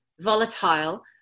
volatile